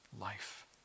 life